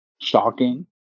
shocking